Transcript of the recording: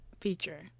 feature